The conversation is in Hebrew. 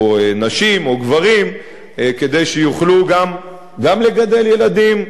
נשים או גברים כדי שיוכלו גם לגדל ילדים,